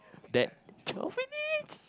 that twelve minutes